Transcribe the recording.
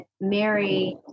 Mary